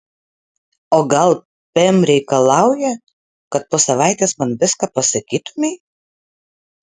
o gal pem reikalauja kad po savaitės man viską pasakytumei